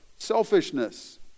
selfishness